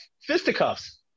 fisticuffs